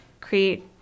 create